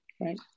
right